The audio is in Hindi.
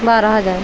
बारह हज़ार